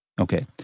Okay